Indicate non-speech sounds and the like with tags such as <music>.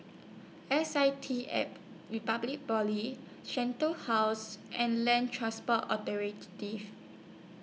S I T app Republic Poly Shenton House and Land Transport Authority <noise>